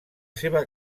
seva